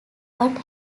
what